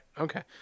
Okay